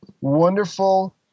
wonderful